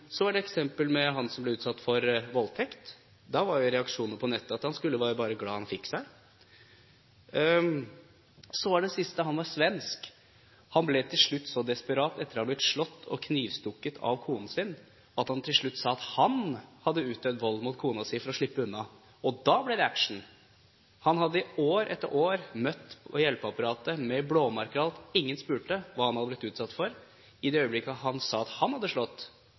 Så var det et eksempel med han som ble utsatt for voldtekt. Da var reaksjonene på nettet at han skulle jo bare være glad han «fikk seg». Så var det det siste eksempelet. Han var svensk. Han ble til slutt så desperat etter å ha blitt slått og knivstukket av kona si at han til slutt sa at han hadde utøvd vold mot kona si, for å slippe unna. Og da ble det action. Han hadde i år etter år møtt hjelpeapparatet med blåmerker og alt. Ingen spurte hva han hadde blitt utsatt for. I det øyeblikket han sa at han hadde slått,